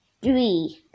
three